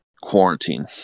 quarantine